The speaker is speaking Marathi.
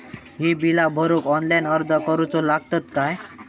ही बीला भरूक ऑनलाइन अर्ज करूचो लागत काय?